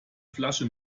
flasche